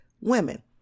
women